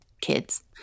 kids